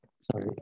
Sorry